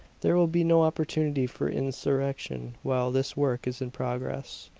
there will be no opportunity for insurrection while this work is in progress.